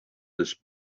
this